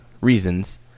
reasons